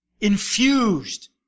infused